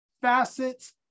facets